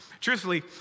truthfully